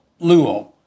luo